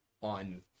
on